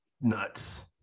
nuts